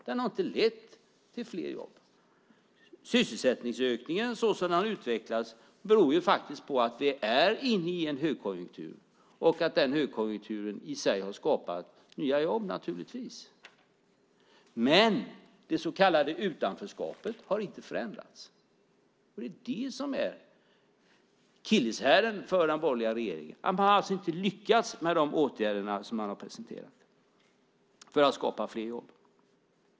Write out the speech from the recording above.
Den har inte lett till fler jobb. Sysselsättningsökningen, såsom den har utvecklats, beror ju faktiskt på att vi är inne i en högkonjunktur och att den högkonjunkturen i sig naturligtvis har skapat nya jobb. Men det så kallade utanförskapet har inte förändrats. Det är det som är akilleshälen för den borgerliga regeringen. Man har alltså inte lyckats med de åtgärder som man har presenterat för att skapa fler jobb.